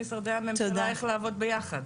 הילד): נראה למשרדי הממשלה איך לעבוד ביחד.